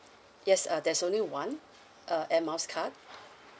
yes uh there's only one uh air miles card